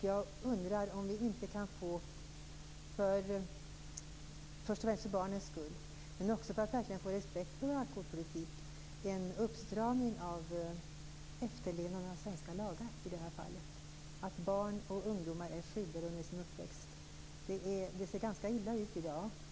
Jag undrar om vi inte kan få - först och främst för barnens skull men också för att verkligen få respekt för vår alkoholpolitik - en uppstramning av efterlevnaden av svenska lagar, så att barn och ungdomar skyddas under sin uppväxt. Det ser ganska illa ut i dag.